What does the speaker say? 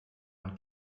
man